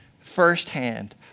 firsthand